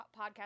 podcast